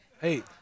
Hey